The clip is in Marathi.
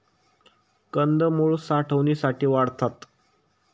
कंदमुळं साठवणीसाठी वाढतात